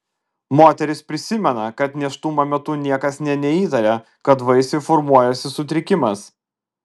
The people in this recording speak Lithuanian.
moteris prisimena kad nėštumo metu niekas nė neįtarė kad vaisiui formuojasi sutrikimas